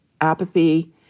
apathy